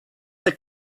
the